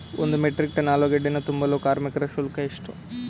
ಒಂದು metric ton ಆಲೂಗೆಡ್ಡೆಯನ್ನು ತುಂಬಲು ಕಾರ್ಮಿಕರ ಶುಲ್ಕ ಎಷ್ಟು?